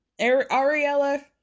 Ariella